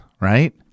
right